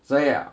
所以